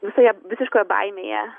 visoje visiškoje baimėje